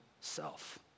self